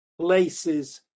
places